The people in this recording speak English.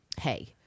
hey